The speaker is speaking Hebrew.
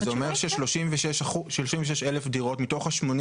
זה אומר ש-36,000 דירות מתוך ה-80